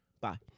Bye